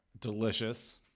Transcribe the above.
Delicious